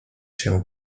się